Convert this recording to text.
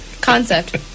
concept